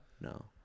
No